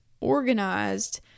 organized